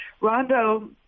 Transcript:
Rondo